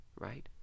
right